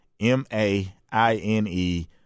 m-a-i-n-e